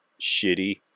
shitty